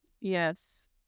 yes